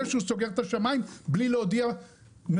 שהוא סוגר את השמיים בלי להודיע מראש,